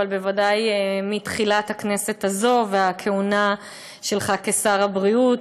אבל בוודאי מתחילת הכנסת הזאת והכהונה שלך כשר הבריאות.